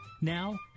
Now